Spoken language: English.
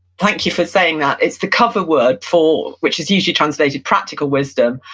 thank you for saying that, it's the cover word for, which is usually translated practical wisdom,